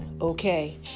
okay